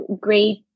great